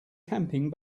camping